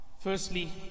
Firstly